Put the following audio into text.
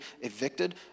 evicted